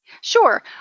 Sure